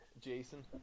Jason